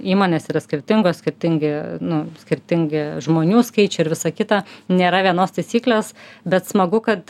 įmonės yra skirtingos skirtingi nu skirtingi žmonių skaičiai ir visa kita nėra vienos taisyklės bet smagu kad